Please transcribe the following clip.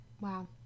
Wow